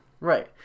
Right